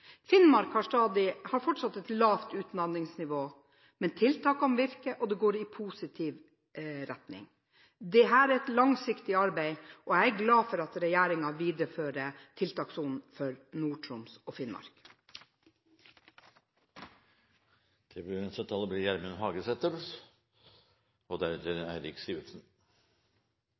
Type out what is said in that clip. Finnmark har fortsatt et lavt utdanningsnivå, men tiltakene virker, og det går i positiv retning. Dette er et langsiktig arbeid, og jeg er glad for at regjeringen viderefører tiltakssonen for Nord-Troms og Finnmark.